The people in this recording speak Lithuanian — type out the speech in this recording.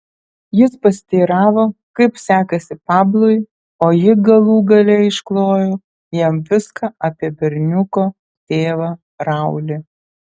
jis pasiteiravo kaip sekasi pablui o ji galų gale išklojo jam viską apie berniuko tėvą raulį